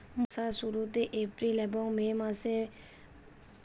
বর্ষার শুরুতে এপ্রিল এবং মে মাসের মাঝামাঝি সময়ে খরিপ শস্য বোনা হয়